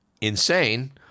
insane